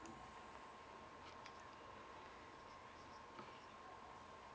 okay